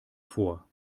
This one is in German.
vor